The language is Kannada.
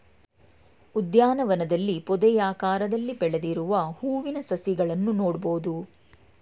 ಉದ್ಯಾನವನದಲ್ಲಿ ಪೊದೆಯಾಕಾರದಲ್ಲಿ ಬೆಳೆದಿರುವ ಹೂವಿನ ಸಸಿಗಳನ್ನು ನೋಡ್ಬೋದು